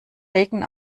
regen